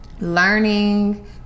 learning